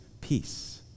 peace